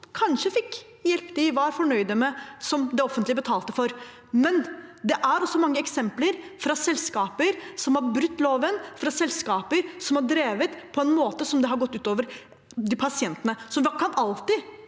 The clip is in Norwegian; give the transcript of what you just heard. kanskje fikk hjelp de var fornøyde med, som det offentlige betalte for, men det er også mange eksempler fra selskaper som har brutt loven, og fra selskaper som har drevet på en måte som har gått ut over pasientene. Man kan